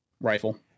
Rifle